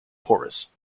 porous